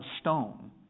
stone